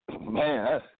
Man